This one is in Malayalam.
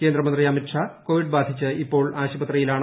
കേന്ദ്രമന്ത്രി അമിത്ഷാ കോവിഡ് ബാധിച്ച് ഇപ്പോൾ ആശുപത്രിയിലാണ്